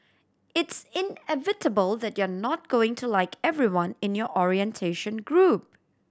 it's inevitable that you're not going to like everyone in your orientation group